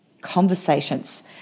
conversations